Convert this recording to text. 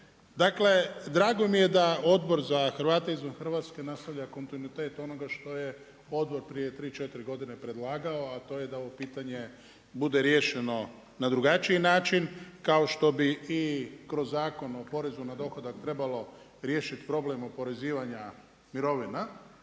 Dakle, drago mi je da Odbor za Hrvate izvan Hrvatske nastavlja kontinuitet onoga što je Odbor prije 3, 4 godine predlagao a to je da ovo pitanje bude riješeno na drugačiji način kao što bi i kroz Zakon o porezu na dohodak trebalo riješiti problem oporezivanja mirovina,